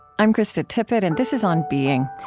i'm krista tippett, and this is on being.